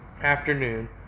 afternoon